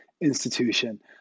institution